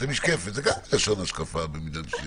זה גם מלשון השקפה במידה מסוימת.